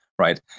Right